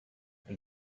and